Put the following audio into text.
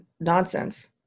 nonsense